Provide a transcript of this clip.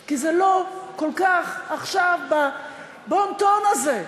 כי זה לא כל כך עכשיו בבון-טון הזה,